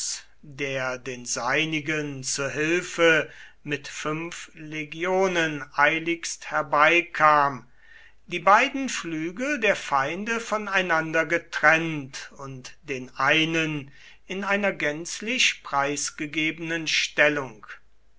der den seinigen zu hilfe mit fünf legionen eiligst herbeikam die beiden flügel der feinde voneinander getrennt und den einen in einer gänzlich preisgegebenen stellung